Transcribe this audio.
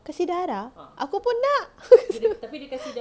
kasi darah aku pun nak